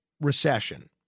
recession